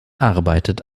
arbeitet